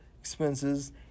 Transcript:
expenses